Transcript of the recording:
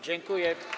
Dziękuję.